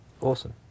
Awesome